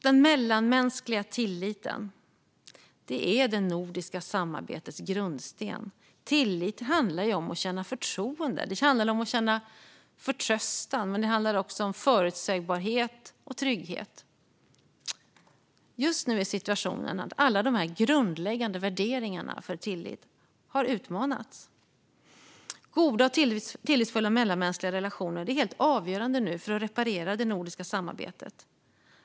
Den mellanmänskliga tilliten är det nordiska samarbetets grundsten. Tillit handlar om att känna förtroende. Det handlar om att känna förtröstan, men det handlar också om förutsägbarhet och trygghet. Just nu är situationen att alla dessa grundläggande värderingar för tillit har utmanats. Goda och tillitsfulla mellanmänskliga relationer är nu helt avgörande för att reparera det nordiska samarbetet.